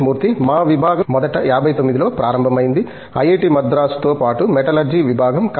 మూర్తి మా విభాగం మొదట 59 లో ప్రారంభమైంది ఐఐటి మద్రాసుతో పాటు మెటలర్జీ విభాగం ప్రారంభమైంది